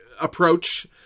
approach